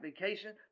vacation